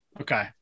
Okay